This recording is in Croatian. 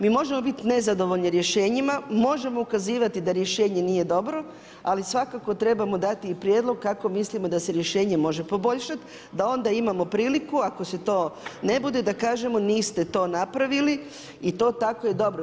Mi možemo biti nezadovoljni rješenjima, možemo ukazivati da rješenje nije dobro, ali svakako trebamo dati i prijedlog kako mislimo da se rješenje može poboljšati, da onda imamo priliku ako se to ne bude da kažemo niste to napravili i to tako je dobro.